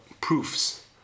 proofs